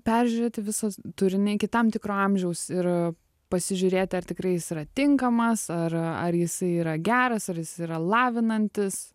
peržiūrėti visą turinį iki tam tikro amžiaus ir pasižiūrėti ar tikrai jisai yra tinkamas ar ar jisai yra geras ar jis yra lavinantis